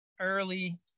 early